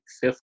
fifth